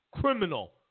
criminal